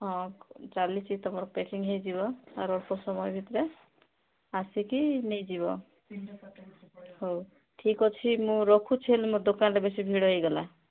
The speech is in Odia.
ହଁ ଚାଲିଛି ତ ପେକିଙ୍ଗ୍ ହୋଇଯିବ ଆଉ ଅଳ୍ପ ସମୟ ଭିତରେ ଆସିକି ନେଇଯିବ ହଉ ଠିକ୍ ଅଛି ମୁଁ ରଖୁଛି ହେଲେ ମୋ ଦୋକାନରେ ବେଶୀ ଭିଡ଼ ହୋଇଗଲା